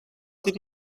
did